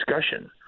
discussion